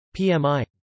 PMI